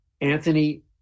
Anthony